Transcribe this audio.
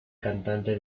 cantante